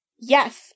Yes